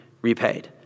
repaid